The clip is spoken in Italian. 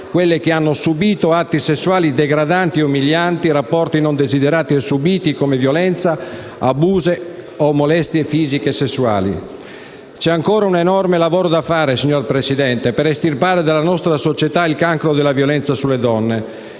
quelle che hanno subito atti sessuali degradanti e umilianti, rapporti non desiderati e subiti come violenza, abusi o molestie fisiche sessuali. C'è ancora un enorme lavoro da fare per estirpare dalla nostra società il cancro della violenza sulle donne.